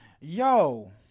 Yo